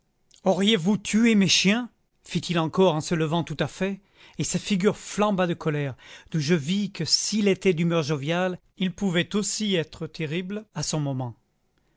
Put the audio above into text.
auriez-vous tué mes chiens fit-il encore en se levant tout à fait et sa figure flamba de colère d'où je vis que s'il était d'humeur joviale il pouvait aussi être terrible à son moment